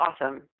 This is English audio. awesome